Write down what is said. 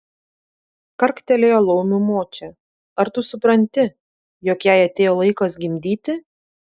karktelėjo laumių močia ar tu supranti jog jai atėjo laikas gimdyti